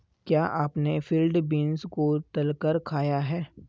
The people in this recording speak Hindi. क्या आपने फील्ड बीन्स को तलकर खाया है?